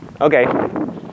okay